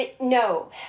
no